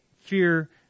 fear